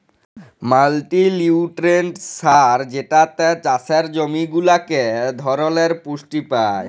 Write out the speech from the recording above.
multinutrient সার যেটাতে চাসের জমি ওলেক ধরলের পুষ্টি পায়